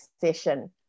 session